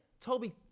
Toby